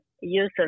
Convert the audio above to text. use